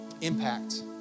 impact